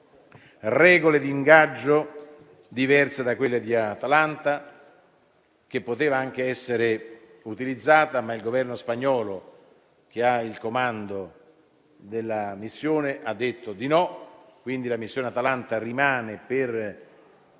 regole di ingaggio diverse da quelle di Atalanta. Quest'ultima poteva anche essere utilizzata, ma il Governo spagnolo, che ha il comando della missione, ha detto di no. Quindi la missione Atalanta rimane per